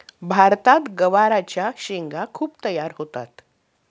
भारतात गवारच्या शेंगा खूप तयार होतात